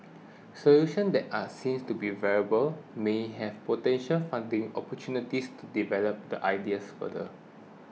solutions that are seen to be viable may have potential funding opportunities to develop the ideas further